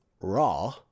raw